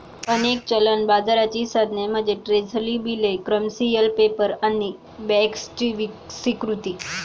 अनेक चलन बाजाराची साधने म्हणजे ट्रेझरी बिले, कमर्शियल पेपर आणि बँकर्सची स्वीकृती